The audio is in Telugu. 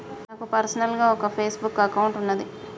నాకు పర్సనల్ గా ఒక ఫేస్ బుక్ అకౌంట్ వున్నాది